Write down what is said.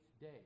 day